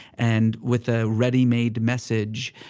and with a ready-made message,